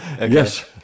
Yes